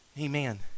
amen